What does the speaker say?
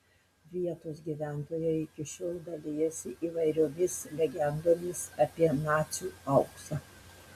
vietos gyventojai iki šiol dalijasi įvairiomis legendomis apie nacių auksą